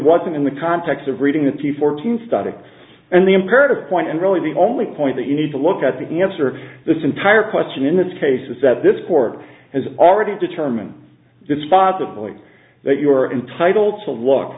wasn't in the context of reading the fourteenth study and the imperative point and really the only point that you need to look at the answer this entire question in this case is that this court has already determined this possibility that you are entitled to look